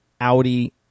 Audi